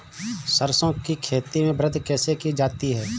सरसो की खेती में वृद्धि कैसे की जाती है?